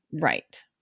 Right